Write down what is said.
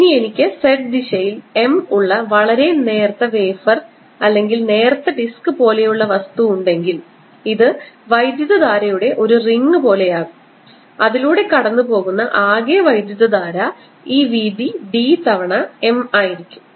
ഇനി എനിക്ക് z ദിശയിൽ M ഉള്ള വളരെ നേർത്ത വേഫർ അല്ലെങ്കിൽ നേർത്ത ഡിസ്ക് പോലെയുള്ള വസ്തു ഉണ്ടെങ്കിൽ ഇത് വൈദ്യുതധാരയുടെ ഒരു റിംഗ് പോലെയാകും അതിലൂടെ കടന്നു പോകുന്ന ആകെ വൈദ്യുതധാര ഈ വീതി d തവണ M ആയിരിക്കും